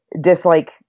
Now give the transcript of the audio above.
dislike